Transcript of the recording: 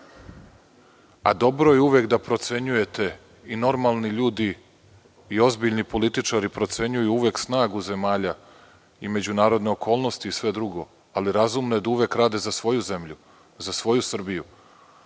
a dobro je uvek da procenjujete i normalni ljudi i ozbiljni političari procenjuju uvek snagu zemalja i međunarodne okolnosti i sve drugo, ali razumno je da uvek rade za svoju zemlju, za svoju Srbiju. Plašim